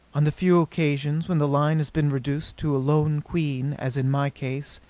on the few occasions when the line has been reduced to a lone queen, as in my case,